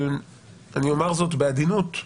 אני אומר זאת בעדינות,